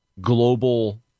global